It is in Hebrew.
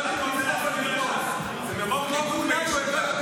אבל אדוני היושב-ראש, אני רק רוצה להסביר לך.